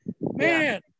Man